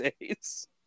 days